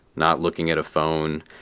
not looking at a phone.